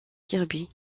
kirby